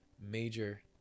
major